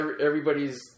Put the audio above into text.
everybody's